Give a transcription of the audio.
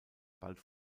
bald